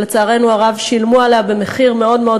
שלצערנו הרב שילמו עליה מחיר מאוד מאוד